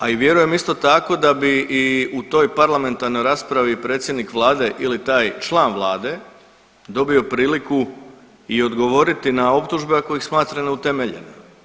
A i vjerujem isto tako da bi i u toj parlamentarnoj raspravi predsjednik vlade ili taj član vlade dobio priliku i odgovoriti na optužbe ako ih smatra neutemeljenim.